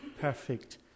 perfect